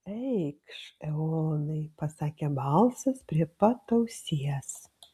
eikš eonai pasakė balsas prie pat ausies